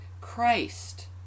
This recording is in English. Christ